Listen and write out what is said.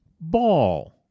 ball